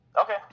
Okay